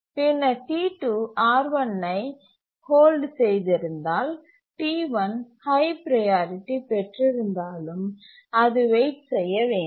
பின்னர் T2 R1 ஐ hold செய்திருந்தால் T1 ஹய் ப்ரையாரிட்டி பெற்றிருந்தாலும் அது வெயிட் செய்ய வேண்டும்